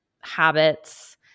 habits